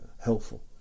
helpful